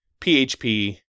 PHP